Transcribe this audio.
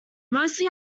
mostly